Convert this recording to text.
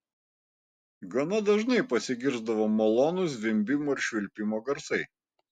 gana dažnai pasigirsdavo malonūs zvimbimo ir švilpimo garsai